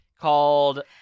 called